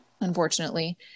unfortunately